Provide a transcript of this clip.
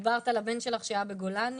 דיברת על הבן שלך שהיה בגולני.